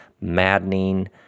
maddening